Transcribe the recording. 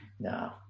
No